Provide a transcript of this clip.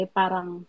parang